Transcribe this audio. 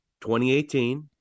2018